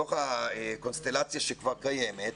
בתוך הקונסטלציה שכבר קיימת,